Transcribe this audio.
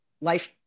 Life